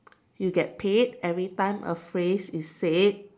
you get paid every time a phrase is said